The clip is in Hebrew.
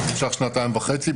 ואז זה נמשך שנתיים וחצי.